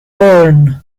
learn